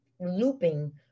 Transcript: looping